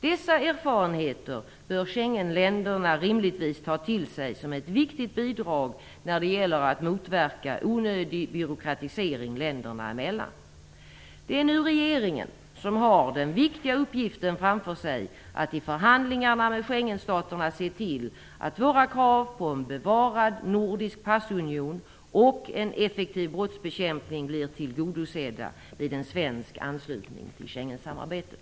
Dessa erfarenheter bör Schengenländerna rimligtvis ta till sig som ett viktigt bidrag när det gäller att motverka onödig byråkratisering länderna emellan. Det är nu regeringen som har den viktiga uppgiften framför sig att i förhandlingarna med Schengenstaterna se till att våra krav på en bevarad nordisk passunion och en effektiv brottsbekämpning blir tillgodosedda vid en svensk anslutning till Schengensamarbetet.